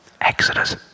Exodus